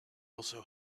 also